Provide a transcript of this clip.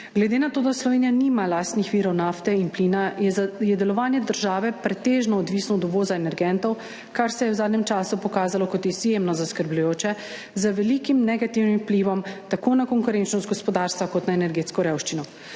Glede na to da Slovenija nima lastnih virov nafte in plina, je za delovanje države pretežno odvisna od uvoza energentov, kar se je v zadnjem času pokazalo kot izjemno zaskrbljujoče, z velikim negativnim vplivom tako na konkurenčnost gospodarstva kot na energetsko revščino.